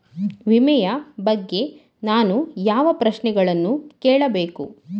ವಿಮೆಯ ಬಗ್ಗೆ ನಾನು ಯಾವ ಪ್ರಶ್ನೆಗಳನ್ನು ಕೇಳಬೇಕು?